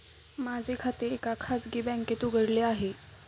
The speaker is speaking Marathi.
माझे खाते एका खाजगी बँकेत उघडले आहे